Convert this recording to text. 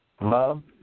love